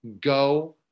go